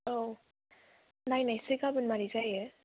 औ नायनायनोसै गाबोन माबोरै जायो